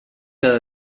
cada